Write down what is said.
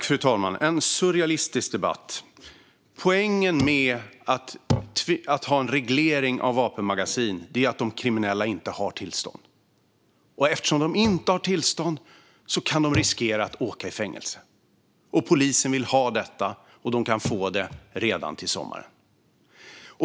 Fru talman! Det här är en surrealistisk debatt. Poängen med att ha en reglering gällande vapenmagasin är att de kriminella inte har tillstånd. Och eftersom de inte har tillstånd kan de riskera att åka i fängelse. Polisen vill ha detta och kan få det redan till sommaren.